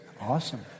Awesome